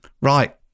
right